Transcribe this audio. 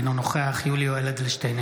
אינו נוכח יולי יואל אדלשטיין,